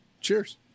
cheers